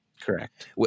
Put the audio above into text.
Correct